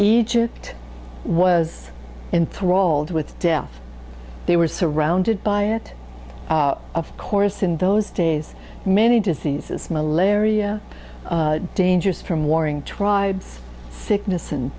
egypt was enthralled with death they were surrounded by it of course in those days many diseases malaria dangers from warring tribes sickness and